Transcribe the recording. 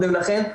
קודם לכן,